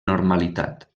normalitat